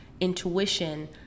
intuition